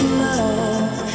love